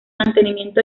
mantenimiento